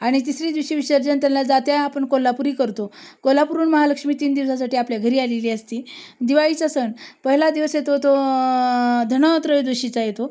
आणि तिसरे दिवशी विसर्जन त्याला जा त्या आपण कोल्हापुरी करतो कोल्हापूरहून महालक्ष्मी तीन दिवसांसाठी आपल्या घरी आलेली असते आहे दिवाळीचा सण पहिला दिवस येतो तो धनत्रयोदशीचा येतो